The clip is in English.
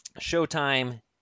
showtime